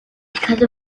because